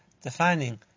defining